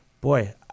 boy